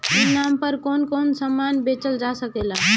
ई नाम पर कौन कौन समान बेचल जा सकेला?